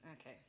Okay